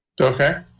Okay